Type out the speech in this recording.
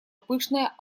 пышная